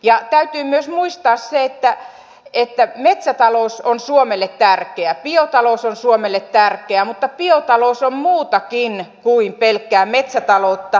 ja täytyy muistaa myös se että metsätalous on suomelle tärkeä biotalous on suomelle tärkeä mutta biotalous on muutakin kuin pelkkää metsätaloutta se on myöskin luontopalveluja